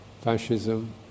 fascism